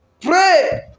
Pray